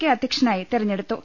K അധ്യക്ഷനായി തെര ഞ്ഞെടുത്തു